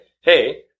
Hey